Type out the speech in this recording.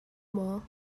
maw